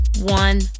one